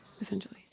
essentially